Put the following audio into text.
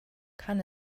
kann